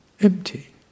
empty